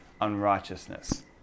unrighteousness